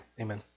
Amen